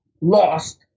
lost